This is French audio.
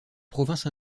province